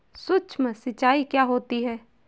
सुक्ष्म सिंचाई क्या होती है?